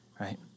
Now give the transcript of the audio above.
right